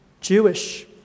Jewish